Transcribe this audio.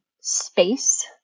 space